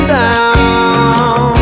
down